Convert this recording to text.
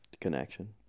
Connection